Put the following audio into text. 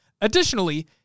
Additionally